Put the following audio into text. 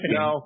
no